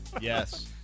Yes